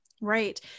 Right